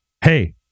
Hey